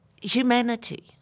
humanity